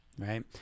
right